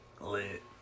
lit